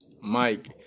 Mike